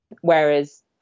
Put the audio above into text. Whereas